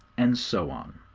and so on.